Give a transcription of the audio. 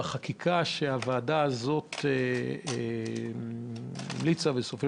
בחקיקה שהוועדה הזאת המליצה ובסופו